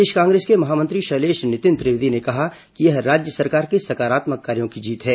प्रदेश कांग्रेस के महामंत्री शैलेष नितिन त्रिवेदी ने कहा कि यह राज्य सरकार के सकारात्मक कार्यो की जीत है